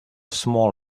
small